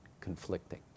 conflicting